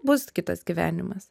bus kitas gyvenimas